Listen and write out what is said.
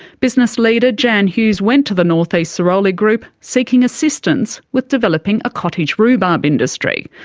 business leader jan hughes went to the north-east sirolli group, seeking assistance with developing a cottage rhubarb industry.